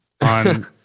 on